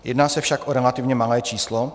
Jedná se však o relativně malé číslo.